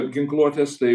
ginkluotės tai